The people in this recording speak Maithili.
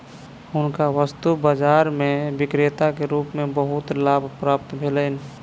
हुनका वस्तु बाजार में विक्रेता के रूप में बहुत लाभ प्राप्त भेलैन